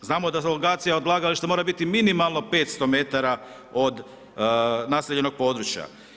Znamo da … odlagališta mora biti minimalno 500 metara od naseljenog područja.